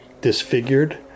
disfigured